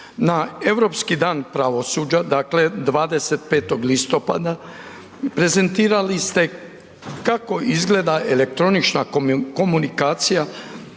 na Europski dan pravosuđa, dakle 25. listopada prezentirali ste kako izgleda elektronična komunikacija